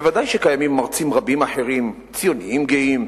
בוודאי שקיימים מרצים רבים אחרים, ציונים גאים,